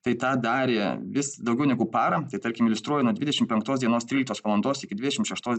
tai tą darė vis daugiau negu parą tai tarkim iliustruoju nuo dvidešimt penktos dienos tryliktos valandos iki dvidešimt šeštos